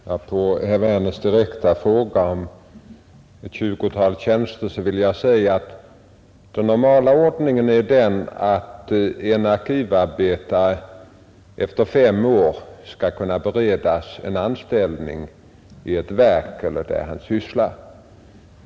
Herr talman! Som svar på herr Werners direkta fråga om ett tjugotal tjänster vill jag säga att den normala ordningen är att en arkivarbetare efter fem år skall kunna beredas anställning vid ett verk eller där han är sysselsatt.